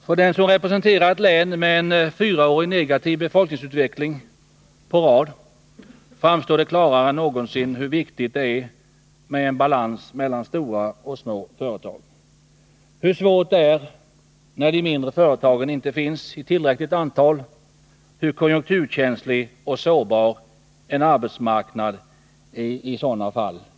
För den som representerar ett län med en negativ befolkningsutveckling fyra år i rad framstår det klarare än någonsin hur viktigt det är med balans mellan stora och små företag, hur svårt det är när de mindre företagen inte finns i tillräckligt antal, hur konjunkturkänslig och sårbar arbetsmarknaden är i sådana fall.